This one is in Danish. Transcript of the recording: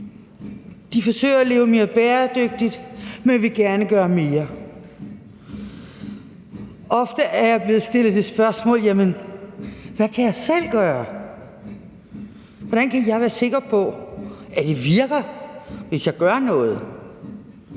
De forsøger at leve mere bæredygtigt, og de vil gerne gøre mere. Ofte er jeg blevet stillet det spørgsmål: Hvad kan jeg selv gøre? Hvordan kan jeg være sikker på, at det virker, hvis jeg gør noget?